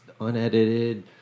unedited